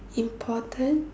important